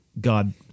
God